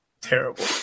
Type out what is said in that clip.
Terrible